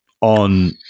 on